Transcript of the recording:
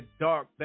dark